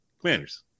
Commanders